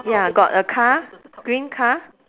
ya got a car green car